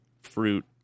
fruit